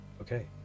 Okay